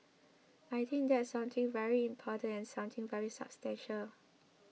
I think that's something very important and something very substantial